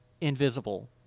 invisible